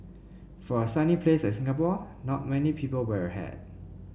for a sunny place as Singapore not many people wear a hat